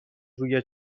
روی